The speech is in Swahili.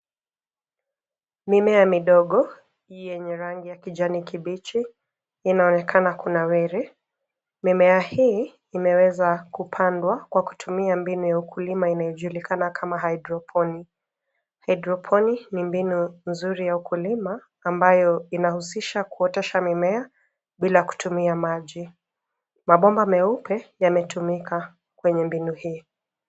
Mimea midogo yenye rangi ya kijani kibichi inaonekana kunawiri. Mimea hii imeweza kupandwa kwa kutumia mbinu ya ukulima inayojulikana kama hydroponi . Hydroponi ni mbinu nzuri ya ukulima ambayo inahusisha kuotesha mimea bila kutumia maji. Mabomba meupe yametumika kwenye mbinu hii.